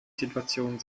situation